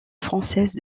française